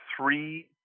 three